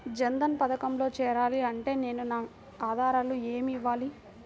జన్ధన్ పథకంలో చేరాలి అంటే నేను నా ఆధారాలు ఏమి ఇవ్వాలి?